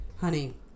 Honey